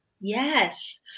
Yes